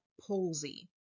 palsy